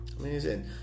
Amazing